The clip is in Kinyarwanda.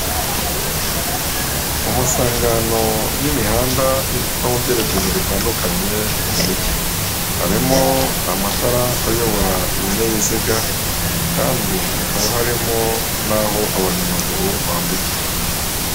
Mu masangano y'imihandava iva mu byerekezo bitandukanye mu mujyi, harimo amatara ayobora ibinyabiziga kandi hakaba harimo n'aho abanyamaguru bambukira.